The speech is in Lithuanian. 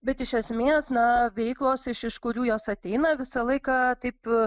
bet iš esmės na veiklos iš iš kurių jos ateina visą laiką taip